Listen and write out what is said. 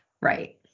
Right